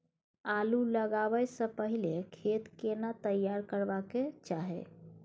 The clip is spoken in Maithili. आलू लगाबै स पहिले खेत केना तैयार करबा के चाहय?